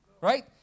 right